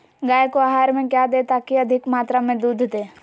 गाय को आहार में क्या दे ताकि अधिक मात्रा मे दूध दे?